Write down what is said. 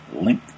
link